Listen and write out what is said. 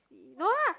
no